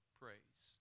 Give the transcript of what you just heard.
praise